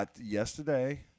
yesterday